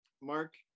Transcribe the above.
Mark